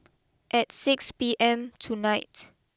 at six P M tonight